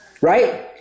Right